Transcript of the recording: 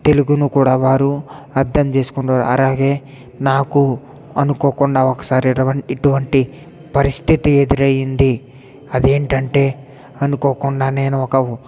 తెలుగును కూడా వారు అర్థం చేసుకుంటారు అలాగే నాకు అనుకోకుండా ఒకసారి ఇటువ ఇటువంటి పరిస్థితి ఎదురు అయ్యింది అది ఏంటంటే అనుకోకుండా నేను ఒక